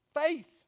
faith